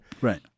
Right